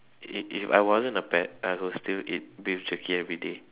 if if I wasn't a pet I will still eat beef jerky everyday